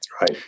right